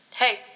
Hey